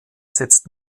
setzt